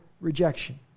rejection